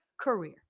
career